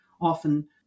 often